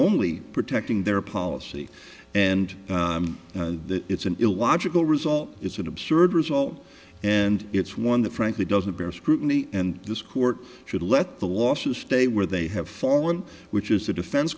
only protecting their policy and that it's an illogical result it's an absurd result and it's one that frankly doesn't bear scrutiny and this court should let the losses stay where they have fallen which is the defense